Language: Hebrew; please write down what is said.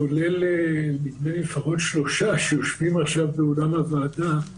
כולל נדמה לי שלושה שיושבים עכשיו באולם הוועדה.